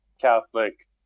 Catholic